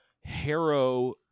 Harrow